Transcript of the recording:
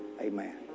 Amen